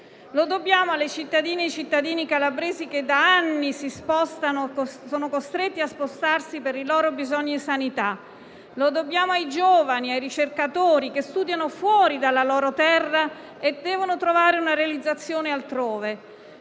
Lo dobbiamo alle cittadine e ai cittadini calabresi che da anni sono costretti a spostarsi per i loro bisogni in sanità. Lo dobbiamo ai giovani e ai ricercatori, che studiano fuori dalla loro terra e devono trovare una realizzazione altrove.